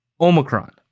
Omicron